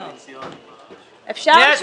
בסדר.